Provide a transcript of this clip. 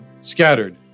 scattered